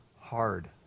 hard